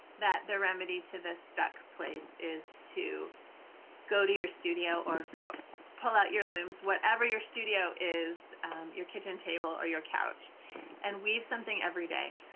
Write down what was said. that the remedy to this stuck place is to go to your studio or pull out your looms. whatever your studio is your kitchen table or your couch and weave something every day.